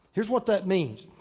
here's what that means.